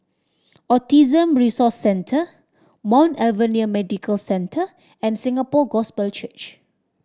Autism Resource Centre Mount Alvernia Medical Centre and Singapore Gospel Church